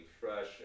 fresh